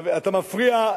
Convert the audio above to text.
אתה מפריע.